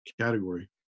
category